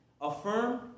affirm